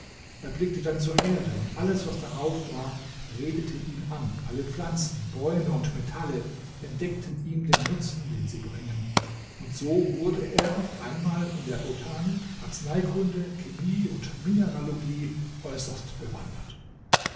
er blickte dann zur erde und alles was darauf war redete ihn an alle pflanzen bäume und metalle entdeckten ihm den nutzen den sie bringen und so wurde er auf einmal in der botanik arzneikunde chemie und mineralogie äußerst bewandert